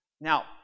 Now